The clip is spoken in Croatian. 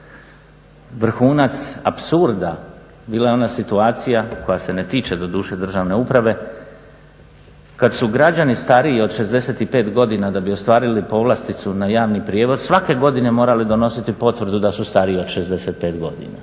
Vrhunac apsurda bila je ona situacija koja se ne tiče doduše državne uprave kad su građani stariji od 65 godina da bi ostvarili povlasticu na javni prijevoz svake godine morali donositi potvrdu da su stariji od 65 godina